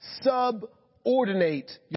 subordinate